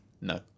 No